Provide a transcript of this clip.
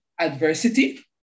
adversity